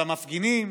על המפגינים,